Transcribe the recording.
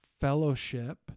fellowship